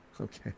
okay